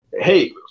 Hey